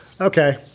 okay